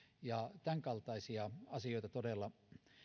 ja tämän kaltaisia asioita todella